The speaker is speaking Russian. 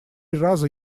раза